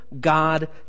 God